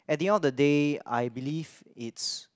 at the end of the day I believe it's